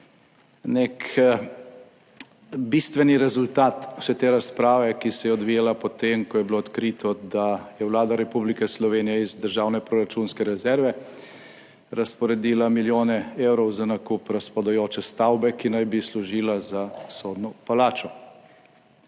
nek bistveni rezultat vse te razprave, ki se je odvijala po tem, ko je bilo odkrito, da je Vlada Republike Slovenije iz državne proračunske rezerve razporedila milijone evrov za nakup razpadajoče stavbe, ki naj bi služila za sodno 2.